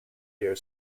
dear